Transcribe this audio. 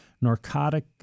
narcotic